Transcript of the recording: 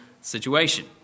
situation